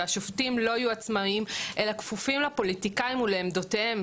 והשופטים לא יהיו עצמאיים אלא כפופים לפוליטיקאים ולעמדותיהם,